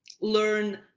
learn